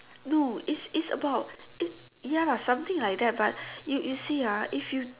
no it's it's about it ya lah something like that but you you see ah if you